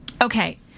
Okay